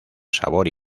sabor